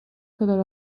kadar